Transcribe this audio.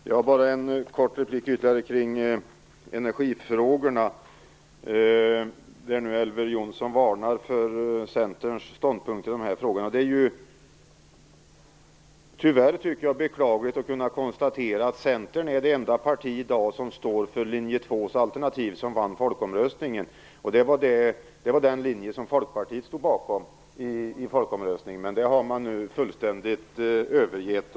Herr talman! Helt kort bara ytterligare en kommentar när det gäller energifrågorna. Elver Jonsson varnar nu för Centerns ståndpunkt i de frågorna. Det är beklagligt att behöva konstatera att Centern är det enda partiet i dag som står för Linje 2-alternativet, som vann folkomröstningen. Den linjen stod ju Folkpartiet bakom i folkomröstningen, men den har man nu fullständigt övergett.